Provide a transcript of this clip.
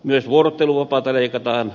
myös vuorotteluvapaata leikataan